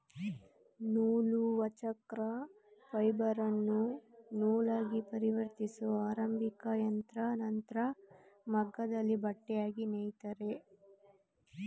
ನೂಲುವಚಕ್ರ ಫೈಬರನ್ನು ನೂಲಾಗಿಪರಿವರ್ತಿಸೊ ಆರಂಭಿಕಯಂತ್ರ ನಂತ್ರ ಮಗ್ಗದಲ್ಲಿ ಬಟ್ಟೆಯಾಗಿ ನೇಯ್ತಾರೆ